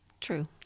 True